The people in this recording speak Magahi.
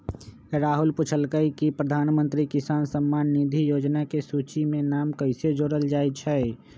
राहुल पूछलकई कि प्रधानमंत्री किसान सम्मान निधि योजना के सूची में नाम कईसे जोरल जाई छई